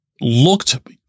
looked